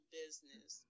business